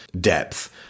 depth